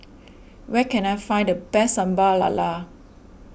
where can I find the best Sambal Lala